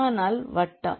ஆனால் வட்டம்